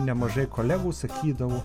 nemažai kolegų sakydavo